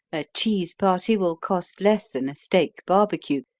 a cheese party will cost less than a steak barbecue.